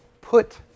Put